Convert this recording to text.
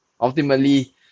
Ultimately